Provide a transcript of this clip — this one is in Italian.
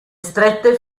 strette